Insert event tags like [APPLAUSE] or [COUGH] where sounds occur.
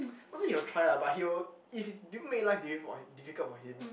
[NOISE] not say he will try lah but he will if it didn't make life difficult difficult for him